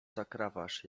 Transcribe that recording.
zakrawasz